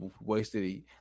wasted